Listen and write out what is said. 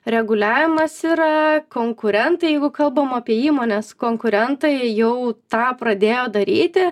reguliavimas yra konkurentai jeigu kalbam apie įmones konkurentai jau tą pradėjo daryti